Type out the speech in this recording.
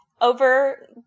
over